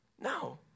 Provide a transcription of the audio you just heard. No